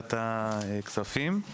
בוועדת הכספים.